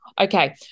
Okay